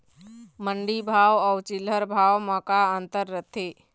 मंडी भाव अउ चिल्हर भाव म का अंतर रथे?